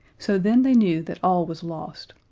so then they knew that all was lost.